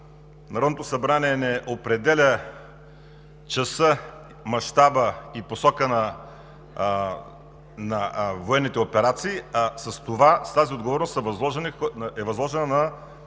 Народното събрание не определя часа, мащаба и посоката на военните операции, а тази отговорност е възложена